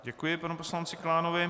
Děkuji panu poslanci Klánovi.